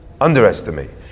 underestimate